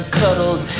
cuddled